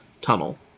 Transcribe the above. tunnel